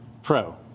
Pro